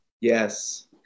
Yes